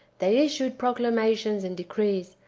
they issued proclamations and decrees,